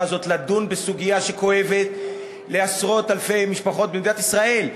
הזאת לדון בסוגיה שכואבת לעשרות אלפי משפחות במדינת ישראל.